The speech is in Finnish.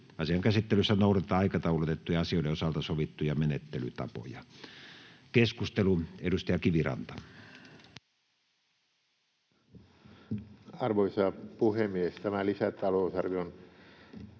Asian käsittelyssä noudatetaan aikataulutettujen asioiden osalta sovittuja menettelytapoja. — Keskustelu, edustaja Kiviranta. Arvoisa puhemies! Tämä lisätalousarvion